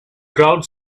crowd